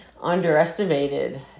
underestimated